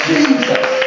Jesus